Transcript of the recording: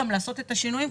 שניתן לעשות גם שינויים,